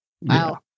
Wow